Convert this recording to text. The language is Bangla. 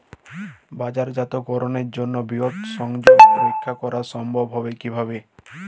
বাজারজাতকরণের জন্য বৃহৎ সংযোগ রক্ষা করা সম্ভব হবে কিভাবে?